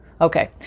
Okay